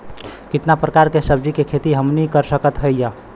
कितना प्रकार के सब्जी के खेती हमनी कर सकत हई?